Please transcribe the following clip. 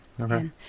Okay